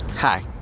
hi